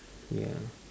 ya